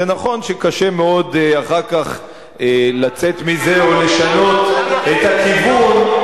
זה נכון שקשה מאוד לצאת מזה אחר כך או לשנות את הכיוון,